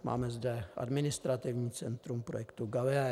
Máme zde administrativní centrum projektu Galileo.